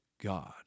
God